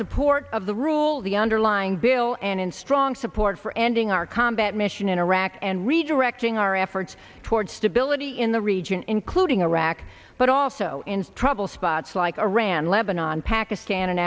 support of the rule of the underlying bill and in strong support for ending our combat mission in iraq and redirecting our efforts toward stability in the region including iraq but also in trouble spots like iran lebanon pakistan and